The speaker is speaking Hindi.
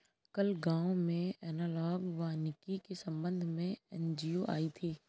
कल गांव में एनालॉग वानिकी के संबंध में एन.जी.ओ आई थी